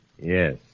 Yes